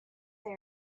they